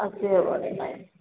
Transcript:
ଆସି ହବକି ନାଇ